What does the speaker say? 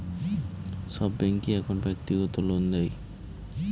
সব ব্যাঙ্কই এখন ব্যক্তিগত লোন দেয়